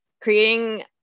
creating